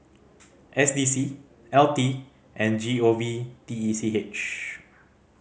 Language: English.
S D C L T and G O V T E C H